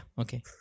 okay